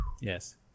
yes